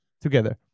together